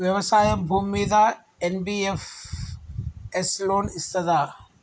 వ్యవసాయం భూమ్మీద NBFS loan ఇస్తదా?